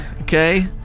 okay